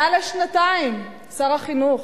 מעל שנתיים, שר החינוך,